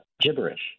gibberish